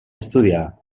estudiar